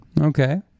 Okay